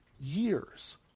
years